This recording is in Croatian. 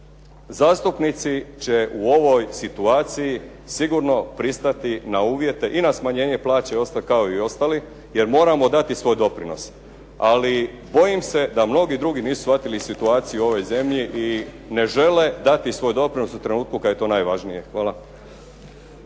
Zastupnici će u ovoj situaciji sigurno pristati na uvjete i na smanjenje plaće kao i ostali, jer moramo dati svoj doprinos. Ali bojim se da mnogi drugi nisu shvatili situaciju u ovoj zemlji i ne žele dati svoj doprinos u trenutku kada je to najvažnije. Hvala.